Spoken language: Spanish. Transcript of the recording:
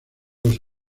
los